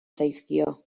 zaizkio